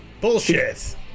Bullshit